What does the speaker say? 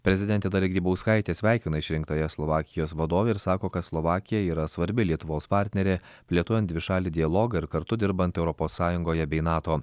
prezidentė dalia grybauskaitė sveikina išrinktąją slovakijos vadovę ir sako kad slovakija yra svarbi lietuvos partnerė plėtojant dvišalį dialogą ir kartu dirbant europos sąjungoje bei nato